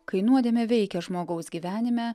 kai nuodėmė veikia žmogaus gyvenime